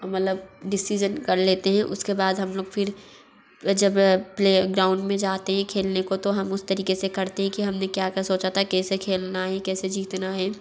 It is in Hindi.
मतलब डिसिजन कर लेते हैं उसके बाद हम लोग फिर जब प्लेग्राउन्ड में जाते हैं खेलने को तो हम उस तरीक़े से करते हैं कि हम ने क्या क्या सोचा था कैसे खेलना है कैसे जितना है